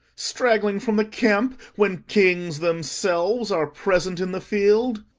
straggling from the camp, when kings themselves are present in the field?